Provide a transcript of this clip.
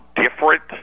different